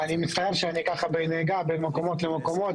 אני מצטער שאני בנהיגה במקומות לא מקומות.